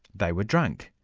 they were drunk,